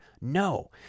no